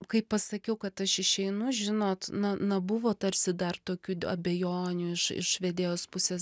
kai pasakiau kad aš išeinu žinot na na buvo tarsi dar tokių abejonių iš iš vedėjos pusės